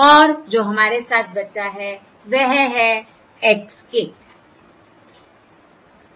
और जो हमारे साथ बचा है वह है x k